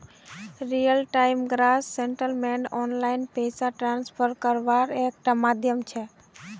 real time gross settlement online पैसा transfer कारवार एक टा माध्यम छे